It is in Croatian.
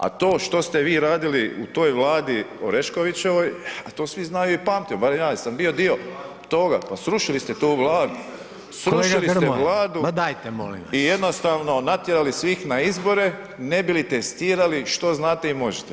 A to što ste vi radili u toj vladi Oreškovićevoj, a to svi znaju i pamte, barem ja jer sam bio dio toga, pa srušili ste tu vladu, srušili ste vladu [[Upadica: Kolega Grmoja, ma dajte molim vas.]] i jednostavno natjerali svih na izbore ne bi li testirali što znate i možete.